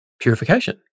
purification